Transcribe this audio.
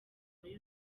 muri